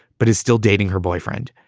but is still dating her boyfriend.